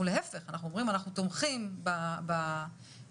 אנחנו אומרים שאנחנו תומכים בעיקרון,